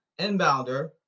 inbounder